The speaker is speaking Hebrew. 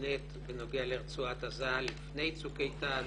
בקבינט בנוגע לרצועת עזה לפני "צוק איתן",